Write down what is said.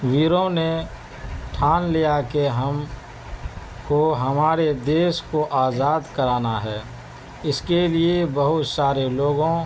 ویروں نے ٹھان لیا کہ ہم کو ہمارے دیش کو آزاد کرانا ہے اس کے لیے بہت سارے لوگوں